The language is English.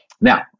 Now